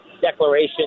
declaration